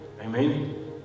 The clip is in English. Amen